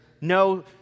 no